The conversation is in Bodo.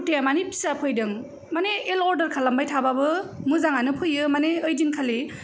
कुर्टाया माने फिसा फैदों माने एल अर्डार खालामबाय थाबाबो मोजांयानो फैयो माने ओइदिनखालि